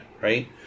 Right